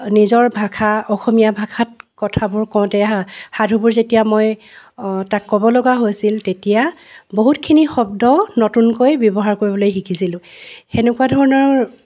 নিজৰ ভাষাৰ অসমীয়া ভাষাত কথাবোৰ কওঁতে সাধুবোৰ যেতিয়া মই তাক ক'বলগা হৈছিল তেতিয়া বহুতখিনি শব্দ নতুনকৈ ব্যৱহাৰ কৰিবলৈ শিকিছিলোঁ সেনেকুৱা ধৰণৰ